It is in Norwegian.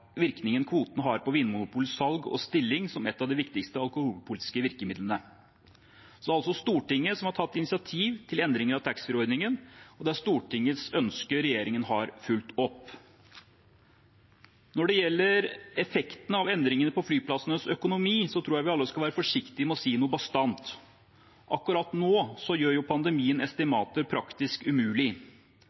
og stilling som et av de viktigste alkoholpolitiske virkemidlene. Det er altså Stortinget som har tatt initiativ til endring av taxfree-ordningen, og det er Stortingets ønske regjeringen har fulgt opp. Når det gjelder effektene av endringene på flyplassenes økonomi, tror jeg vi alle skal være forsiktig med å si noe bastant. Akkurat nå gjør pandemien estimater praktisk umulig.